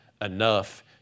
enough